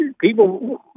people